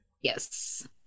Yes